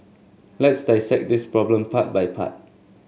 let's dissect this problem part by part